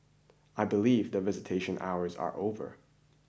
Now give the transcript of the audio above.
I believe that visitation hours are over